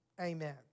Amen